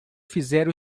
fizer